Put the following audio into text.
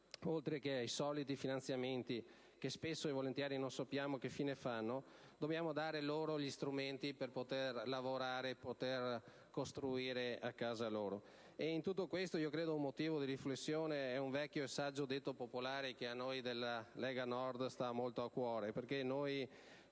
oltre che i soliti finanziamenti, che spesso e volentieri non sappiamo che fine fanno, gli strumenti per poter lavorare e poter costruire a casa loro. Credo che un motivo di riflessione sia un vecchio e saggio detto popolare che a noi della Lega Nord sta molto a cuore e che